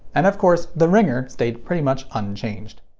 and of course, the ringer stayed pretty much unchanged.